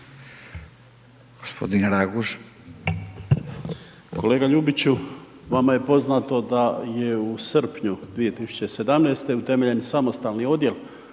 gospodina Rakuža.